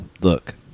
look